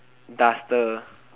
duster